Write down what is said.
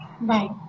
Bye